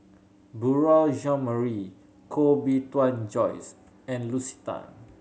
Beurel Jean Marie Koh Bee Tuan Joyce and Lucy Tan